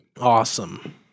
awesome